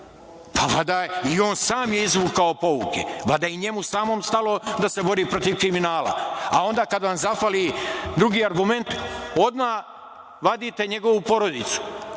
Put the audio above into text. Pa, valjda je i on sam izvukao pouke, valjda i njemu samom stalo da se bori protiv kriminala. A, onda kada vam zahvali drugi argument, odmah vadite njegovu porodicu. Pa,